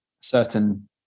certain